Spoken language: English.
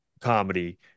comedy